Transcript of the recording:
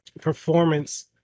performance